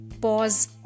pause